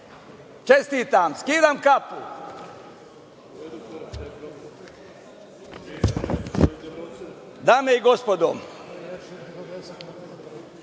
Čestitam, skidam kapu. Dame i gospodo,